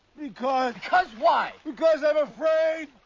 because. because why? because i am afraid.